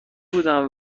بودم